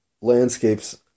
landscapes